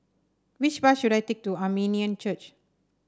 which bus should I take to Armenian Church